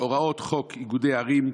הוראות חוק איגודי ערים,